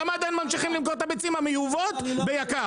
למה עדיין ממשיכים למכור את הביצים המיובאות ביקר?